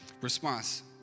response